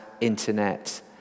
internet